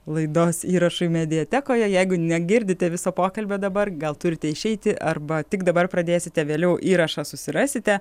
laidos įrašui mediatekoje jeigu negirdite viso pokalbio dabar gal turite išeiti arba tik dabar pradėsite vėliau įrašą susirasite